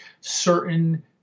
certain